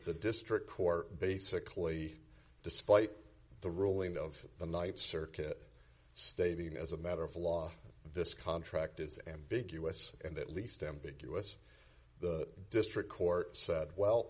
the district court basically despite the ruling of the night circuit stating as a matter of law this contract is ambiguous and at least ambiguous the district court said well